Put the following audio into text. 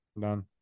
Done